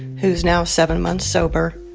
who's now seven months sober,